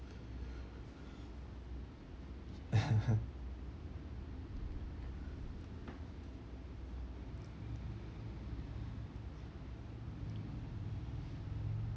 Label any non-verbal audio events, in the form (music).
(laughs)